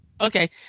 Okay